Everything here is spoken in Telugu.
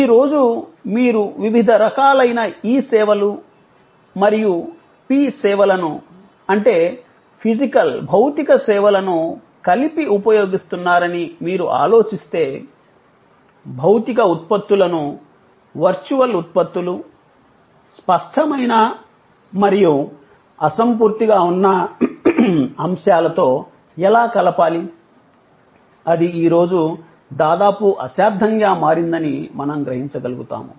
ఈ రోజు మీరు వివిధ రకాలైన ఇ సేవలు మరియు పి సేవలను అంటే ఫిజికల్ భౌతిక సేవలను కలిపి ఉపయోగిస్తున్నారని మీరు ఆలోచిస్తే భౌతిక ఉత్పత్తులను వర్చువల్ ఉత్పత్తులు స్పష్టమైన మరియు అసంపూర్తిగా ఉన్న అంశాలతో ఎలా కలపాలి అది ఈ రోజు దాదాపు అసాధ్యం గా మారిందని మనం గ్రహించగలుగుతాము